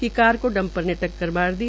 ये कार को डपंर ने टक्कर मार दी